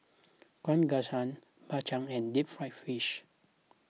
Kuih Kaswi Bak Chang and Deep Fried Fish